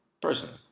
Personally